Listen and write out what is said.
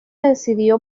decidió